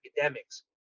academics